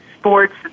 Sports